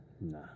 Nah